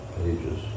pages